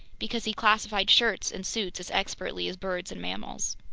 because he classified shirts and suits as expertly as birds and mammals.